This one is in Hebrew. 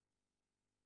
הזכויות.